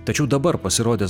tačiau dabar pasirodęs